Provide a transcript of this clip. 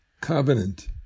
covenant